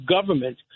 government